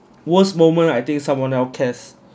worst moment I think someone know cares